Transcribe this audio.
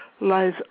lies